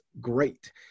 great